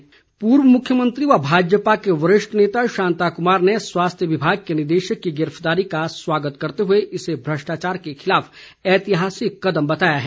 शांताकुमार पूर्व मुख्यमंत्री व भाजपा के वरिष्ठ नेता शांता कुमार ने स्वास्थ्य विभाग के निदेशक की गिरफ्तारी का स्वागत करते हुए इसे भ्रष्टाचार के खिलाफ ऐतिहासिक कदम बताया है